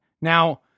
Now